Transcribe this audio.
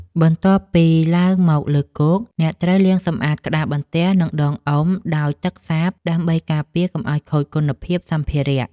បន្ទាប់ពីឡើងមកលើគោក អ្នកត្រូវលាងសម្អាតក្តារបន្ទះ និងដងអុំដោយទឹកសាប ដើម្បីការពារកុំឱ្យខូចគុណភាពសម្ភារៈ។